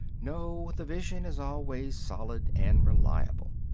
no the vision is always solid and reliable.